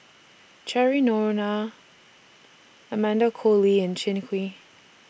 Cheryl Noronha Amanda Koe Lee and Kin Chui